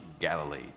Galilee